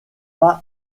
pas